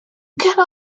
can